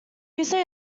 user